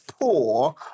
Poor